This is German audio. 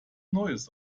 neues